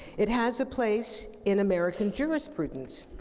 it has a place in american jurisprudence.